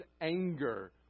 anger